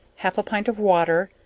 half a pint of water,